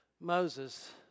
Moses